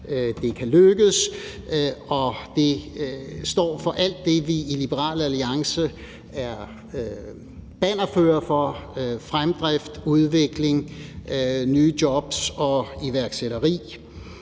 det kan lykkes. Og det står for alt det, som vi i Liberal Alliance er bannerførere for: fremdrift, udvikling, nye jobs og iværksætteri.